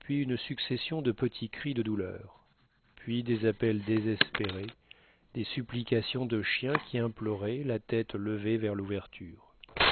puis une succession de petits cris de douleur puis des appels désespérés des supplications de chien qui implorait la tête levée vers l'ouverture